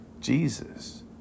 Jesus